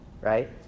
right